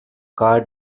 car